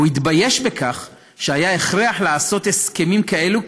הוא התבייש בכך שהיה הכרח לעשות הסכמים כאלה,